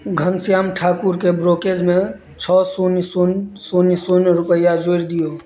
घनश्याम ठाकुरके ब्रोकेजमे छओ शून्य शून्य शून्य शून्य रुपैआ जोड़ि दियौ